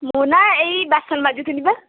ମୁଁ ନା ଏଇ ବାସନ ମାଜୁଥିଲି ବା